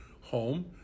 home